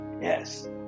yes